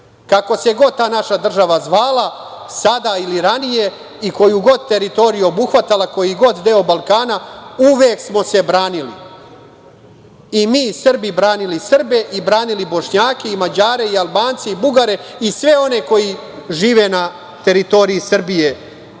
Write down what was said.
Kako se god ta naša država zvala sada ili ranije i koju god teritoriju obuhvatala, koji god deo Balkana, uvek smo se branili i mi Srbi branili Srbe i branili Bošnjake i Mađare i Albance i Bugare i sve one koji žive na teritoriji Srbije.